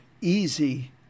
easy